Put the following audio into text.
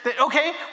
Okay